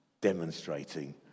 demonstrating